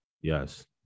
Yes